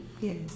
Yes